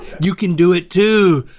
you can do it too. ah!